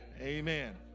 Amen